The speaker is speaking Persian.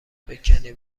بکنی